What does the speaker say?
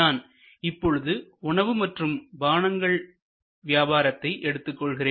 நான் இப்பொழுது உணவு மற்றும் பானங்கள் வியாபாரத்தை எடுத்துக்கொள்கிறேன்